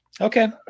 okay